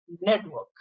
network